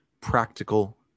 practical